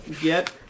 get